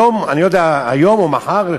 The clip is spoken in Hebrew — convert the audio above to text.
היום או מחר,